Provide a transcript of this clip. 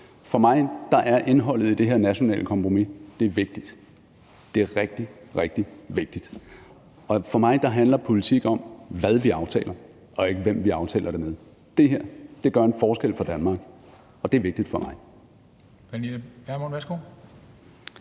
For mig er indholdet i det her nationale kompromis vigtigt – det er rigtig, rigtig vigtigt. For mig handler politik om, hvad vi aftaler, og ikke hvem vi aftaler det med. Det her gør en forskel for Danmark, og det er vigtigt for mig.